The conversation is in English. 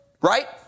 right